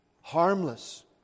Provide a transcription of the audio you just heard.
harmless